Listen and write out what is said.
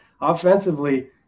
Offensively